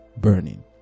burning